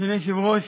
אדוני היושב-ראש,